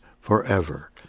forever